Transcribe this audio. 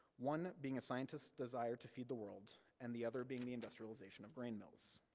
one being a scientist's desire to feed the world, and the other being the industrialization of grain mills.